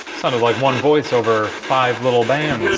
sounded like one voice over five little bands.